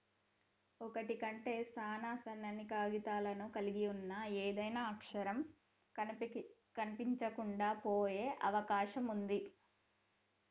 ఒకటి కంటే సాన సన్నని కాగితాలను కలిగి ఉన్న ఏదైనా అక్షరం కనిపించకుండా పోయే అవకాశం ఉంది